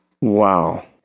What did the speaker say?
Wow